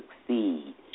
succeed